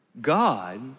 God